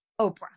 Oprah